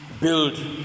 build